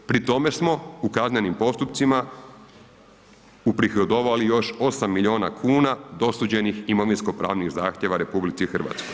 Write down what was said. Pri tome smo u kaznenim postupcima uprihodovali još 8 milijuna kuna dosuđenih imovinsko pravnih zahtjeva RH.